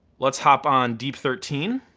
let's hop on deep thirteen.